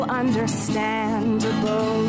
Understandable